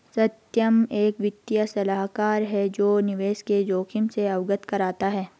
सत्यम एक वित्तीय सलाहकार है जो निवेश के जोखिम से अवगत कराता है